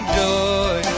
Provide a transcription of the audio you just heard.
joy